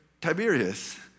Tiberius